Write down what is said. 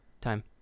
time